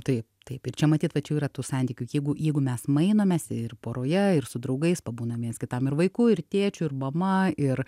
taip taip ir čia matyt va čia jau yra tų santykių jeigu jeigu mes mainomės ir poroje ir su draugais pabūnam viens kitam ir vaiku ir tėčiu ir mama ir